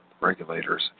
Regulators